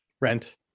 Rent